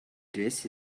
dress